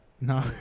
No